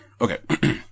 Okay